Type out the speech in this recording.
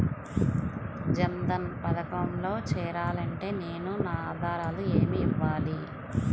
జన్ధన్ పథకంలో చేరాలి అంటే నేను నా ఆధారాలు ఏమి ఇవ్వాలి?